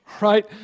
right